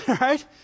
right